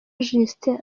justin